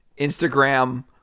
Instagram